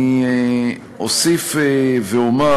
אני אוסיף ואומר